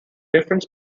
different